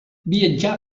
viatjà